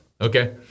Okay